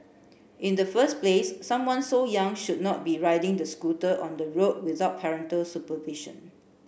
in the first place someone so young should not be riding the scooter on the road without parental supervision